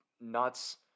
nuts